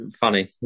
funny